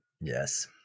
Yes